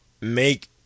make